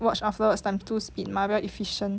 watch afterwards times two speed mah very efficient